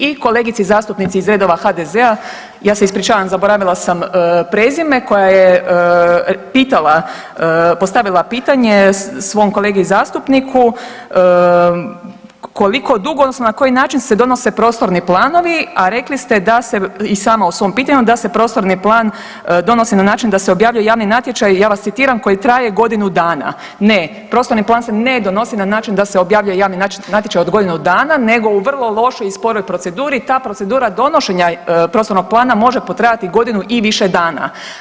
I kolegici zastupnici iz redova HDZ-a, ja se ispričavam zaboravila sam prezime koja je pitala, postavila pitanje svom kolegi zastupniku koliko dugo, odnosno na koji način se donose prostorni planovi a rekli ste i sama u svom pitanju da se prostorni plan donosi na način da se objavljuje javni natječaj, ja vas citiram: „koji traje godinu dana.“ Ne, prostorni plan se ne donosi na način da se objavljuje javni natječaj od godinu dana, nego u vrlo lošoj i sporoj proceduri i ta procedura donošenja prostornog plana može potrajati godinu i više dana.